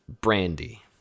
brandy